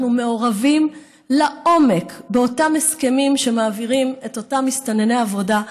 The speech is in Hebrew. אנחנו מעורבים לעומק באותם הסכמים שמעבירים את אותם מסתנני עבודה,